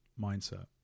mindset